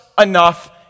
enough